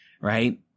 right